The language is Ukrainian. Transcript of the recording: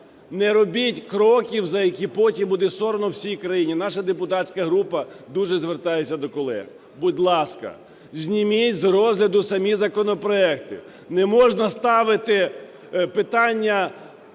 Не робіть кроків, за які потім буде соромно всій країні. Наша депутатська група дуже звертається до колег, будь ласка, зніміть з розгляду самі законопроекти, не можна ставити питання